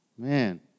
Man